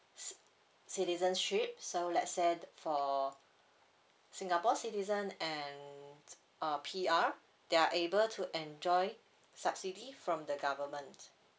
citizenship so let's say for singapore citizen and uh P_R they are able to enjoy subsidy from the government